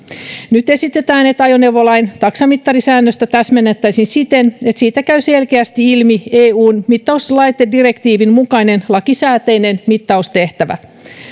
nyt esitetään että ajoneuvolain taksamittarisäännöstä täsmennettäisiin siten että siitä käy selkeästi ilmi eun mittauslaitedirektiivin mukainen lakisääteinen mittaustehtävä